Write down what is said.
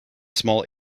small